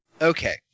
Okay